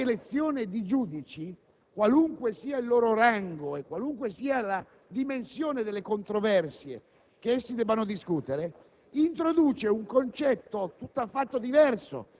per una apparente democraticità del sistema. L'elezione di giudici, qualunque sia il loro rango e qualunque sia la dimensione delle controversie